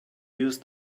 use